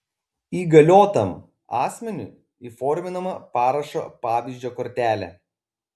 įgaliotam asmeniui įforminama parašo pavyzdžio kortelė